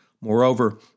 Moreover